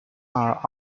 are